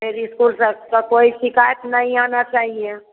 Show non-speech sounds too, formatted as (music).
मेरी स्कूल से (unintelligible) कोई शिकायत नहीं आना चाहिए